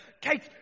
Kate